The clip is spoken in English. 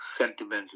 sentiments